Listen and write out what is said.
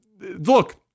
look